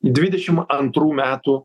dvidešim antrų metų